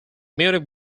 munich